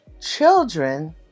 children